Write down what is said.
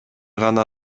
гана